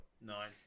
Nine